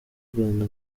rwanda